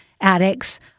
addicts